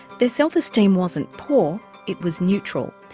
their self-esteem wasn't poor, it was neutral.